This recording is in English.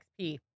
XP